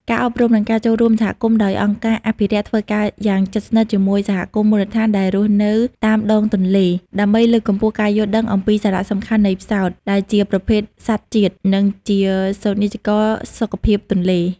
ការអប់រំ និងការចូលរួមសហគមន៍ដោយអង្គការអភិរក្សធ្វើការយ៉ាងជិតស្និទ្ធជាមួយសហគមន៍មូលដ្ឋានដែលរស់នៅតាមដងទន្លេ ដើម្បីលើកកម្ពស់ការយល់ដឹងអំពីសារៈសំខាន់នៃផ្សោត ដែលជាប្រភេទសត្វជាតិ និងជាសូចនាករសុខភាពទន្លេ។